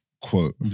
quote